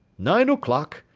nine o'clock,